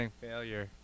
failure